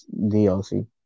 DLC